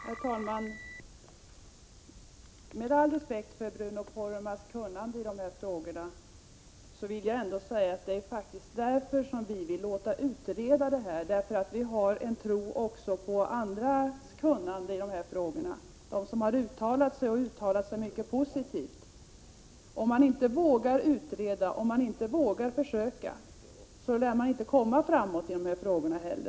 Herr talman! Med all respekt för Bruno Poromaas kunnande vidhåller jag att den här frågan bör utredas. Vi tror nämligen även på andras kunnande. Några av dessa har uttalat sig mycket positivt om småskalig gruvbrytning. Om man inte vågar utreda lär man inte komma framåt i dessa frågor.